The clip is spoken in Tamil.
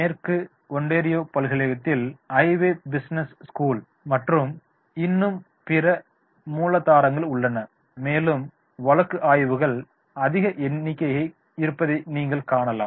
மேற்கு ஒண்டாரியோ பல்கலைக்கழகத்தில் ஐவெய் பிசினஸ் ஸ்கூல் மற்றும் இன்னும் பிற மூலாதாரங்கள் உள்ளன மேலும் வழக்கு ஆய்வுகள் அதிக எண்ணிக்கைகள் இருப்பதைக் நீங்கள் காணலாம்